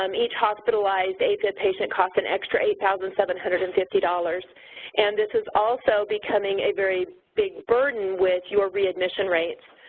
um each hospitalized afib and patient costs an extra eight thousand seven hundred and fifty dollars and this is also becoming a very big burden with your readmission rates.